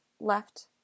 left